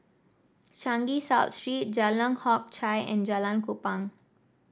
Changi South Street Jalan Hock Chye and Jalan Kupang